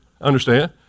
understand